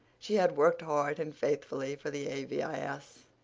she had worked hard and faithfully for the a v i s,